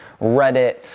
reddit